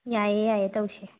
ꯌꯥꯏꯌꯦ ꯌꯥꯏꯌꯦ ꯇꯧꯁꯤ